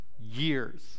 years